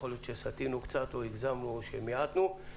יכול להיות שסטינו קצת, הגזמנו או מיעטנו.